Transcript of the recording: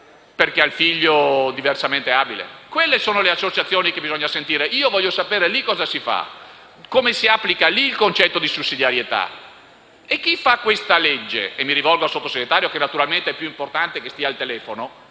perché ha il figlio diversamente abile? Quelle sono le associazioni che bisogna ascoltare. Io voglio sapere lì cosa si fa, come si applica lì il concetto di sussidiarietà. Mi rivolgo al Sottosegretario perché, anche se naturalmente è più importante che parli al telefono,